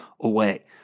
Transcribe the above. away